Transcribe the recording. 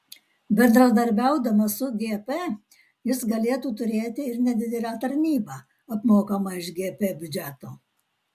bendradarbiaudamas su gp jis galėtų turėti ir nedidelę tarnybą apmokamą iš gp biudžeto